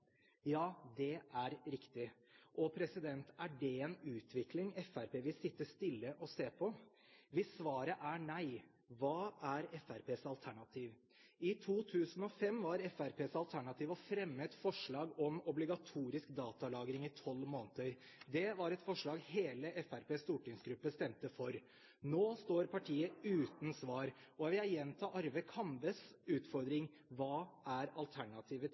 Ja, det er riktig. Er det en utvikling Fremskrittspartiet vil sitte stille og se på? Hvis svaret er nei: Hva er Fremskrittspartiets alternativ? I 2005 var Fremskrittspartiets alternativ å fremme et forslag om obligatorisk datalagring i 12 måneder. Det var et forslag hele Fremskrittspartiets stortingsgruppe stemte for. Nå står partiet uten svar. Jeg vil gjenta Arve Kambes utfordring: Hva er alternativet